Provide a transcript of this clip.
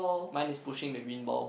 mine is pushing the wind ball